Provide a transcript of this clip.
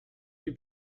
you